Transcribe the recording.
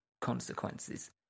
consequences